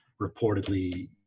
reportedly